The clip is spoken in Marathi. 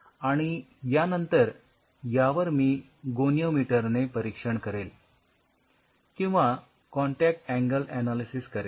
आणि यानंतर यावर मी गोनिओमीटर ने परीक्षण करेल किंवा कॉन्टॅक्ट अँगल ऍनालिसिस करेल